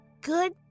Good